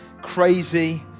crazy